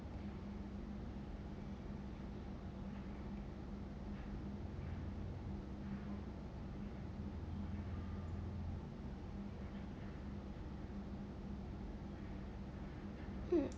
mm